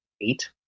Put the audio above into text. eight